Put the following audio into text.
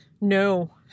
No